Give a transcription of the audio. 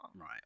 Right